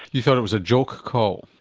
you thought it was a joke call?